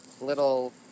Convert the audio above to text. little